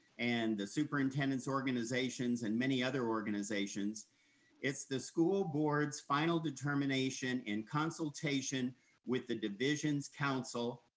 and the superintendent's organizations and many other organizations it's the school board's final determination in consultation with the divisions council,